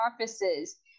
offices